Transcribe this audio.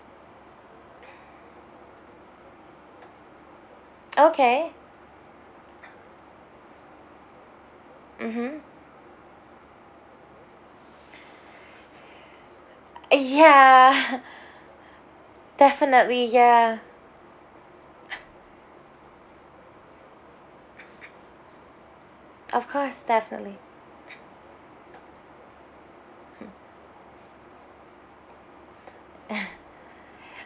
okay mmhmm uh ya definitely ya of course definitely